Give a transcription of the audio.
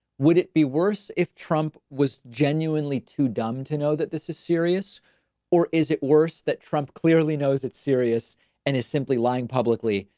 would it be worse if trump was genuinely too, dumb to know that this is serious or is it worse, that trump clearly knows it's serious and is simply lying publicly,